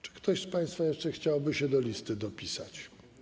Czy ktoś z państwa jeszcze chciałby się dopisać do listy?